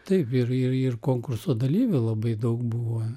taip ir ir ir konkurso dalyvių labai daug buvo